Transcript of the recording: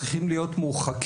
צריכים להיות מורחקים,